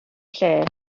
lle